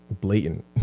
blatant